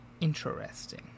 Interesting